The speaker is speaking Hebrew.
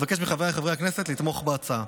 אני מבקש מחבריי חברי הכנסת לתמוך בהצעה.